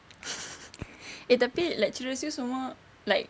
eh tapi lecturers you semua like